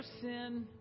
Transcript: sin